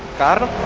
battle